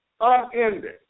unending